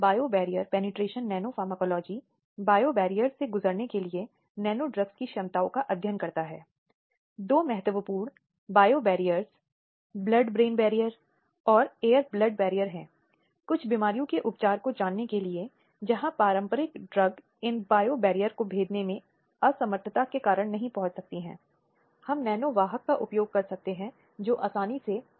इसलिए सहमति बहुत ही ज्यादा महत्वपूर्ण पहलू है और इसकी उचित तरीके से व्याख्या की जानी चाहिए